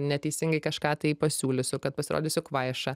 neteisingai kažką tai pasiūlysiu kad pasirodysiu kvaiša